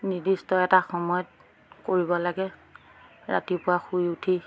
নিৰ্দিষ্ট এটা সময়ত কৰিব লাগে ৰাতিপুৱা শুই উঠি